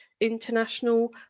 international